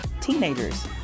teenagers